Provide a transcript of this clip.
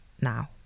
now